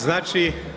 Znači,